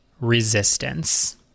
resistance